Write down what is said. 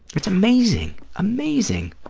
it's amazing, amazing,